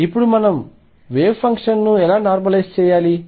ఇప్పుడు మనం వేవ్ ఫంక్షన్ను ఎలా నార్మలైజ్ చేయాలి